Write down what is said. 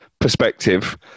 perspective